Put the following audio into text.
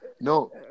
No